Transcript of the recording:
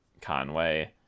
Conway